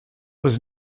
was